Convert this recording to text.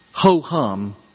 Ho-hum